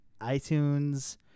iTunes